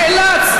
נאלץ,